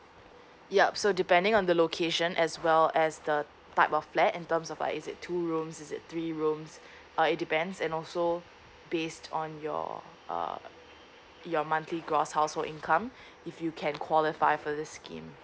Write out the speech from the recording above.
yup so depending on the location as well as the type of flat in terms of like is it two rooms is it three rooms uh it depends and also based on your uh your monthly gross household income if you can qualify for this scheme